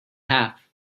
half